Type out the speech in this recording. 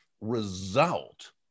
result